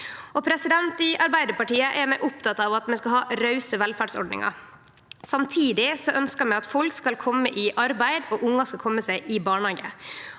likestilling. I Arbeidarpartiet er vi opptekne av at vi skal ha rause velferdsordningar. Samtidig ønskjer vi at folk skal kome i arbeid, og at ungar skal kome seg i barnehage.